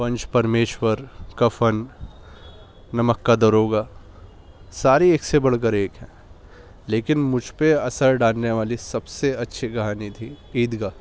پنچ پرمیشور کفن نمک کا داروغہ سارے ایک سے بڑھ کے ایک ہے لیکن مجھ پہ اثر ڈالنے والی سب سے اچھی کہانی تھی عید گاہ